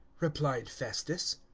replied festus,